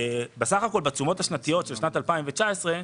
בסך הכול בתשומות השנתיות של שנת 2019,